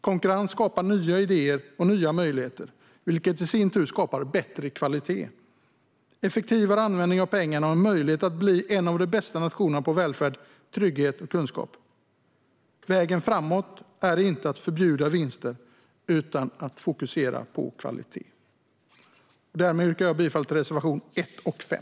Konkurrens skapar nya idéer och nya möjligheter, vilket i sin tur skapar bättre kvalitet, effektivare användning av pengarna och en möjlighet att bli en av de bästa nationerna på välfärd, trygghet och kunskap. Vägen framåt är inte att förbjuda vinster utan att fokusera på kvaliteten. Därmed yrkar jag bifall till reservationerna 1 och 5.